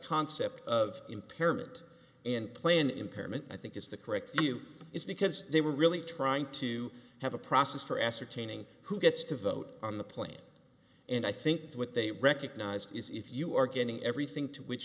concept of impairment and plan impairment i think is the correct view is because they were really trying to have a process for ascertaining who gets to vote on the plane and i think what they recognize is if you are getting everything to which